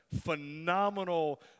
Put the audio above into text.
phenomenal